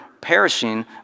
perishing